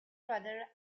brother